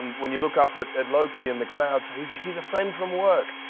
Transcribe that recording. when you look up at at loki in the crowd, say, he's he's a friend from work.